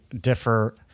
differ